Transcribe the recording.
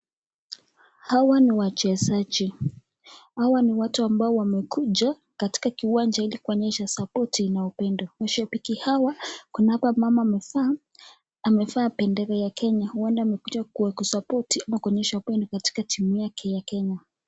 Hawa ni wachezaji. Hawa ni watu ambao wamekuja katika uwanja ili kuonyesha support na upendo. Mashabiki hawa kuna hapa mama amevaa, amevaa bendera ya Kenya, huenda amekuja kusupport ama kuonyesha upendo katika timu yake ya Kenya.